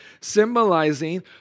symbolizing